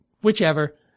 Whichever